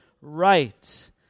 right